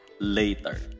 later